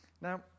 Now